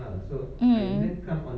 mm